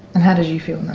how did you feel